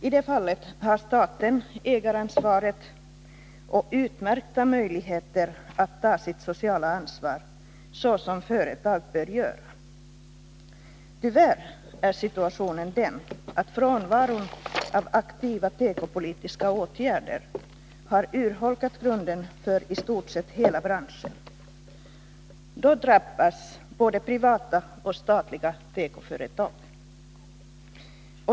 I det fallet har staten ägaransvaret och utmärkta möjligheter att ta sitt sociala ansvar, som ett företag bör göra. Tyvärr är situationen den att frånvaron av aktiva tekopolitiska åtgärder har urholkat grunden för i stort sett hela branschen. Då drabbas både privata och statliga tekoföretag.